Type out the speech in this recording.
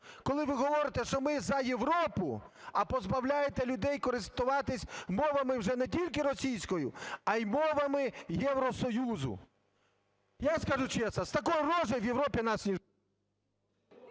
коли ви говорите, що ми за Європу, а позбавляєте людей користуватися мовами вже не тільки російською, але й мовами Євросоюзу. Я скажу чесно: с такой рожей в Европе нас не…